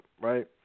right